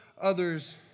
others